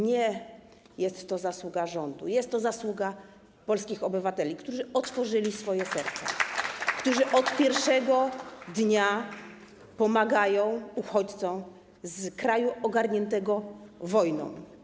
Nie jest to zasługa rządu, jest to zasługa polskich obywateli, którzy otworzyli swoje serca, którzy od pierwszego dnia pomagają uchodźcom z kraju ogarniętego wojną.